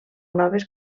noves